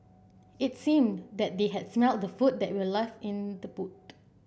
it seemed that they had smelt the food that were left in the boot